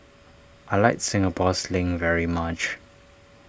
I like Singapore Sling very much